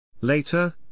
Later